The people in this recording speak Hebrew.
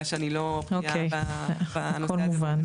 בגלל שאני לא בקיאה בנושא הזה.